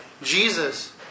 Jesus